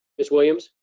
miss williams.